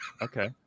Okay